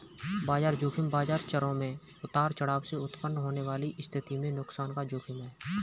बाजार ज़ोखिम बाजार चरों में उतार चढ़ाव से उत्पन्न होने वाली स्थिति में नुकसान का जोखिम है